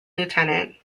lieutenant